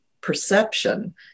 perception